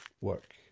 work